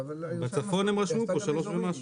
בצפון רשמו פה שלוש ומשהו.